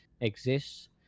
exists